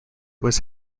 was